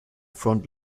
front